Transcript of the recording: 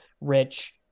rich